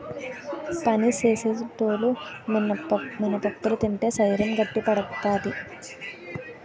పని సేసేటోలు మినపప్పులు తింటే శరీరం గట్టిపడతాది